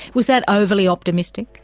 was that overly optimistic?